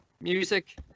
music